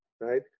right